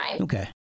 Okay